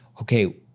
okay